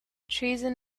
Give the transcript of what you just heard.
treason